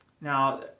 Now